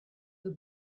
the